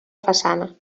façana